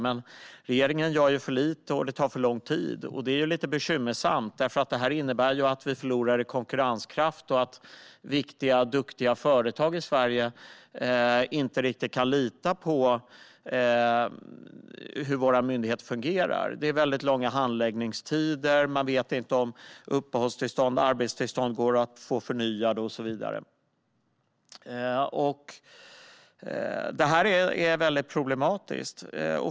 Men regeringen gör för lite, och det tar för lång tid. Det är bekymmersamt, eftersom det innebär att vi förlorar i konkurrenskraft och att viktiga och duktiga företag i Sverige inte riktigt kan lita på hur våra myndigheter fungerar. Det är väldigt långa handläggningstider, man vet inte om uppehållstillstånd och arbetstillstånd går att få förnyade och så vidare. Detta är mycket problematiskt.